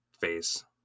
face